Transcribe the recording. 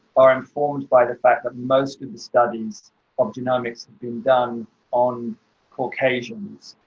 are informed by the fact that most of the studies of genomics have been done on caucasians.